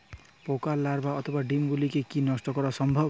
পোকার লার্ভা অথবা ডিম গুলিকে কী নষ্ট করা সম্ভব?